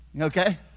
Okay